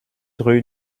rue